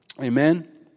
Amen